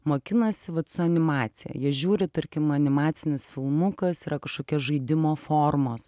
mokinasi vat su animacija jie žiūri tarkim animacinis filmukas yra kažkokie žaidimo formos